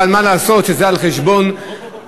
אבל מה לעשות שזה על חשבון הצרכנים?